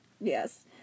Yes